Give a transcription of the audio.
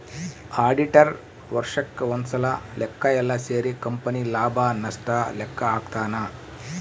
auditor ವರ್ಷಕ್ ಒಂದ್ಸಲ ಲೆಕ್ಕ ಯೆಲ್ಲ ಸೇರಿ ಕಂಪನಿ ಲಾಭ ನಷ್ಟ ಲೆಕ್ಕ ಹಾಕ್ತಾನ